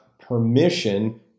permission